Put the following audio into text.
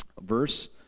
verse